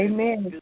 Amen